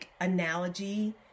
analogy